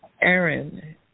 Aaron